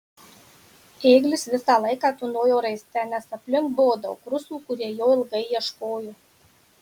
ėglis visą laiką tūnojo raiste nes aplink buvo daug rusų kurie jo ilgai ieškojo